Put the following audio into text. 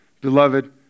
Beloved